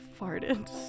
farted